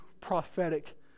prophetic